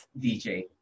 DJ